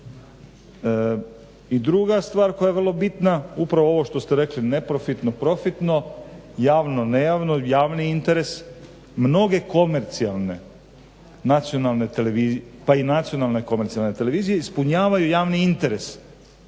I druga stvar koja je vrlo bitna, upravo ovo što ste rekli neprofitno-profitno javno-nejavno, javni interes. Mnoge komercijalne pa i nacionalne komercijalne televizije ispunjavaju javni interes,